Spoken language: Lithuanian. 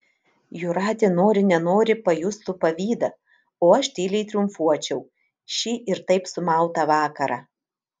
jūratė nori nenori pajustų pavydą o aš tyliai triumfuočiau šį ir taip sumautą vakarą